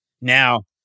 Now